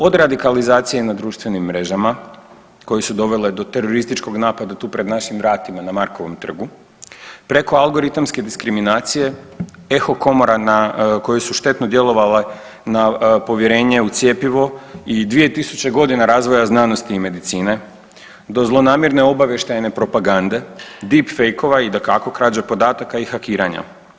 Od radikalizacije na društvenim mrežama koje su dovele do terorističkog napada tu pred našim vratima na Markovom trgu preko algoritamske diskriminacije, eho komora na, koje su štetno djelovale na povjerenje u cjepivo i 2000 godina razvoja znanosti medicine, do zlonamjerne obavještajne propagande deepfake-ova i dakako krađa podataka i hakiranja.